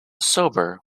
sober